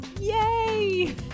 Yay